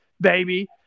baby